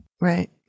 Right